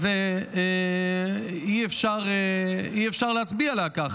אי-אפשר להצביע עליה כך.